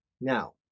Now